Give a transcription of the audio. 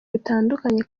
bitandukanye